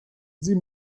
sie